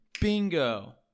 Bingo